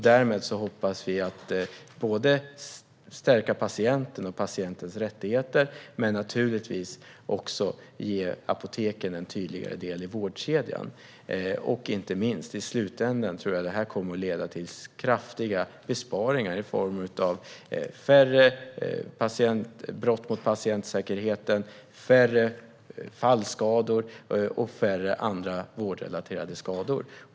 Därmed hoppas vi att både stärka patienten och patientens rättigheter och naturligtvis också ge apoteken en tydligare del i vårdkedjan. Inte minst tror jag att det i slutänden kommer att leda till kraftiga besparingar i form av färre brott mot patientsäkerheten, färre fallskador, och färre andra vårdrelaterade skador.